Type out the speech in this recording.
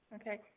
Okay